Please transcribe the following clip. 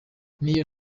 niyo